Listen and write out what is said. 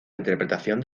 interpretación